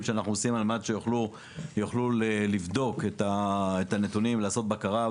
נוספים שאנחנו עושים על מנת שיוכלו לבדוק את הנתונים ולעשות בקרה,